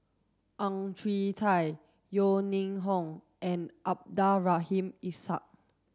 Ang Chwee Chai Yeo Ning Hong and Abdul Rahim Ishak